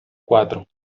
cuatro